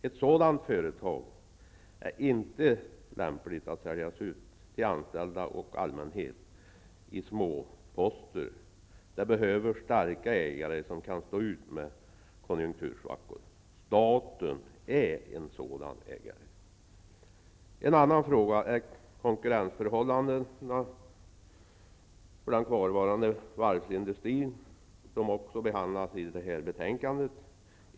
Ett sådant företag är inte lämpligt att säljas ut till anställda och allmänhet i småposter. Det behöver starka ägare, som kan stå ut med konjunktursvackor. Staten är en sådan ägare. En annan fråga är konkurrensförhållandena för den kvarvarande varvsindustrin. Även denna fråga behandlas i det här betänkandet.